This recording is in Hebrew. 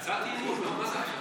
זה הצעת אי-אמון, מה זה כאן?